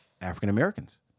African-Americans